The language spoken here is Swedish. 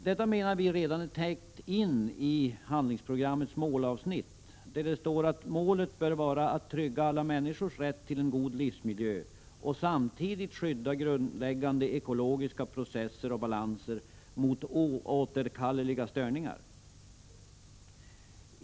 Det menar vi redan är täckt genom handlingsprogrammets målavsnitt, där det heter att målet bör vara att trygga alla människors rätt till en god livsmiljö och samtidigt skydda grundläggande ekologiska processer och balanser mot oåterkalleliga störningar.